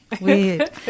weird